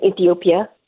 Ethiopia